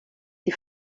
die